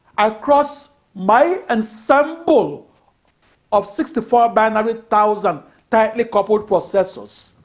across my ensemble of sixty four binary thousand tightly-coupled processors